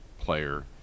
player